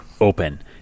open